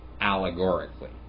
allegorically